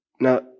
Now